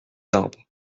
arbres